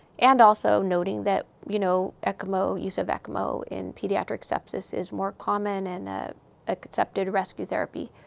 and also, noting that, you know, ecmo use of ecmo in pediatric sepsis is more common and accepted rescue therapy.